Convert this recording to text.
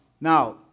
now